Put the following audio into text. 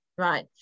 right